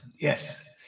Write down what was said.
Yes